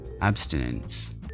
abstinence